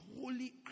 holy